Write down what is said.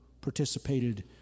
participated